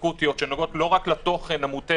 לבחון שאלות אקוטיות שנוגעות לא רק לתוכן המוטה